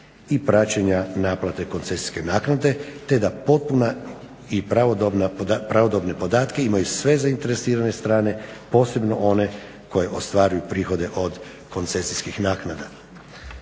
i praćenja naplate koncesijske naknade te da potpune i pravodobne podatke imaju sve zainteresirane strane posebno one koje ostvaruju prihode od koncesijskih naknada.